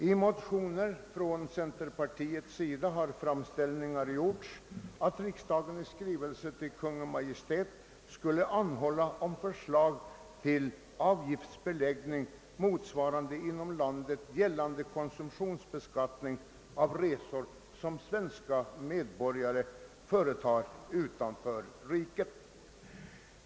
I ett motionspar från centerpartiet har framställningar gjorts om att riksdagen i skrivelse till Kungl. Maj:t skulle anhålla om förslag till avgiftsbeläggning, motsvarande inom landet gällande konsumtionsbeskattning, av resor, som svenska medborgare företar utanför riket.